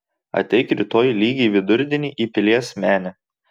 ateik rytoj lygiai vidurdienį į pilies menę